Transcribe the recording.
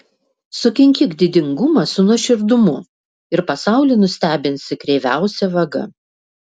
sukinkyk didingumą su nuoširdumu ir pasaulį nustebinsi kreiviausia vaga